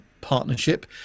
partnership